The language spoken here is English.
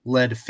Led